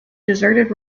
deserted